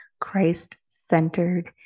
Christ-centered